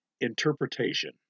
Interpretation